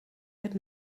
het